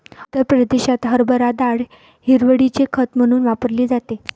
उत्तर प्रदेशात हरभरा डाळ हिरवळीचे खत म्हणून वापरली जाते